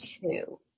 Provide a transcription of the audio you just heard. two